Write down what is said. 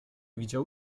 widział